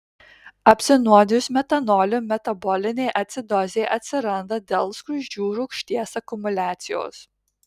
apsinuodijus metanoliu metabolinė acidozė atsiranda dėl skruzdžių rūgšties akumuliacijos